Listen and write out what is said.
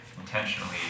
intentionally